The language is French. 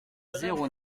zéro